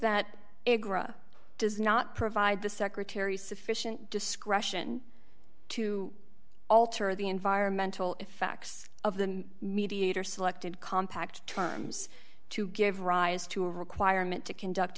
it does not provide the secretary sufficient discretion to alter the environmental effects of the mediator selected compact terms to give rise to a requirement to conduct